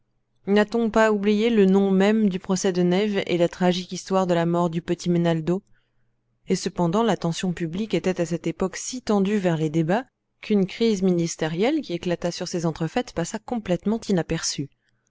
n'a-t-on pas oublié le nom même du procès de nayves et la tragique histoire de la mort du petit menaldo et cependant l'attention publique était à cette époque si tendue vers les débats qu'une crise ministérielle qui éclata sur ces entrefaites passa complètement inaperçue